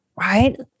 right